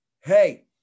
hey